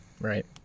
Right